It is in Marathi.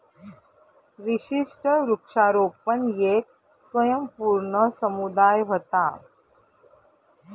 विशिष्ट वृक्षारोपण येक स्वयंपूर्ण समुदाय व्हता